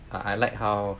uh I like how